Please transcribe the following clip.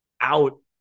out